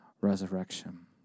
resurrection